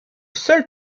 seul